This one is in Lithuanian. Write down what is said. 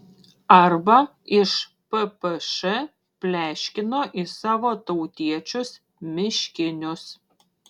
arba iš ppš pleškino į savo tautiečius miškinius